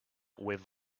with